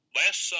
last